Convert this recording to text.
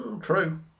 true